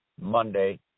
Monday